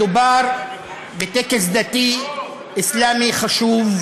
מדובר בטקס דתי אסלאמי חשוב,